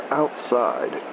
outside